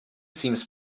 seems